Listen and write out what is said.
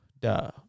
duh